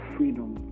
Freedom